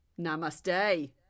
namaste